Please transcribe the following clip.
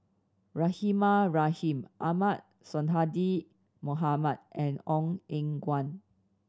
Rahimah Rahim Ahmad Sonhadji Mohamad and Ong Eng Guan